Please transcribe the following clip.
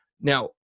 now